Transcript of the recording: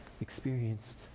experienced